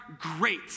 great